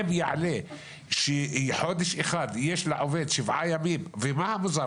אם יעלה שחודש אחד יש לעובד שבעה ימים, ומה מוזר?